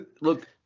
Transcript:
Look